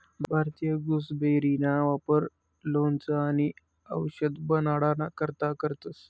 भारतीय गुसबेरीना वापर लोणचं आणि आवषद बनाडाना करता करतंस